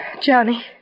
Johnny